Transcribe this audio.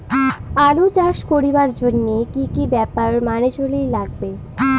আলু চাষ করিবার জইন্যে কি কি ব্যাপার মানি চলির লাগবে?